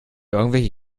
irgendwelche